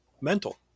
mental